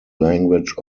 language